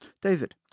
David